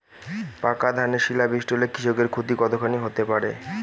পাকা ধানে শিলা বৃষ্টি হলে কৃষকের ক্ষতি কতখানি হতে পারে?